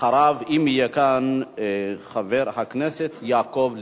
אחריו, אם יהיה כאן, חבר הכנסת יעקב ליצמן,